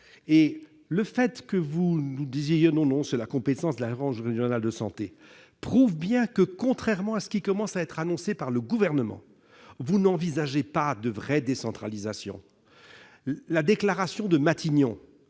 ministre, que vous nous disiez que cette compétence relève de l'Agence régionale de santé prouve bien que, contrairement à ce qui commence à être annoncé par le Gouvernement, vous n'envisagez pas de véritable décentralisation. La déclaration de Matignon,